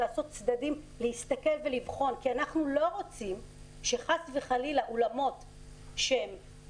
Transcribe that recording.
זה להסתכל לצדדים ולבחון כי אנחנו לא רוצים שחס וחלילה אולמות יקרסו,